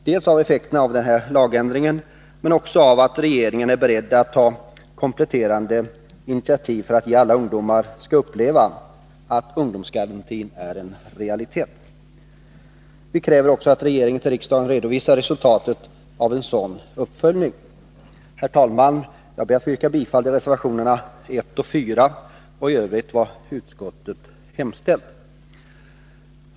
Det gäller dels effekterna av den här lagändringen, dels också att regeringen måste vara beredd att ta kompletterande initiativ för att alla ungdomar skall uppleva att ungdomsgarantin är en realitet. Vi kräver också att regeringen till riksdagen redovisar resultatet av en sådan uppföljning. Herr talman! Jag ber att få yrka bifall till reservationerna 1 och 4 i arbetsmarknadsutskottets betänkande nr 12 och i övrigt till vad utskottet hemställt.